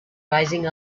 rising